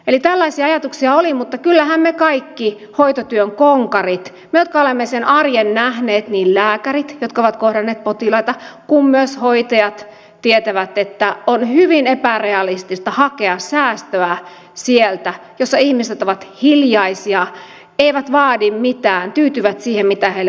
eli tällaisia ajatuksia oli mutta kyllähän me kaikki hoitotyön konkarit me jotka olemme sen arjen nähneet niin lääkärit jotka ovat kohdanneet potilaita kuin myös hoitajat tiedämme että on hyvin epärealistista hakea säästöä sieltä missä ihmiset ovat hiljaisia eivät vaadi mitään tyytyvät siihen mitä heille annetaan